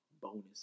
bonus